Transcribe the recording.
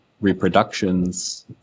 reproductions